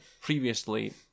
previously